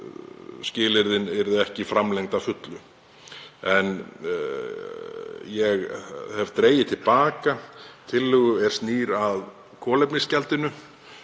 skilyrðin yrðu ekki framlengd að fullu. Ég hef dregið til baka tillögu er snýr að kolefnisgjaldinu.